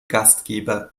gastgeber